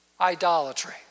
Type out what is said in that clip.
Idolatry